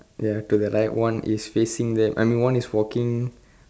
ya to the right one is facing that I mean one is walking